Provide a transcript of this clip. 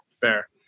Fair